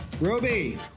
Roby